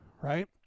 right